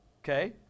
Okay